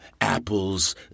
apples